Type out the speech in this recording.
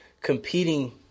competing